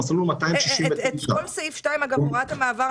המסלול הוא סעיף 269 לפקודת העיריות.